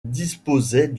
disposait